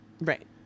Right